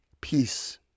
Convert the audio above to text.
peace